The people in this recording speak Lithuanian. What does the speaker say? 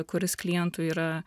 kuris klientui yra